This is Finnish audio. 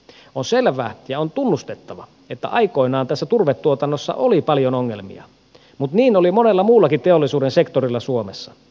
on selvää ja on tunnustettava että aikoinaan tässä turvetuotannossa oli paljon ongelmia mutta niin oli monella muullakin teollisuuden sektorilla suomessa